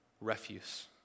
refuse